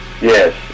Yes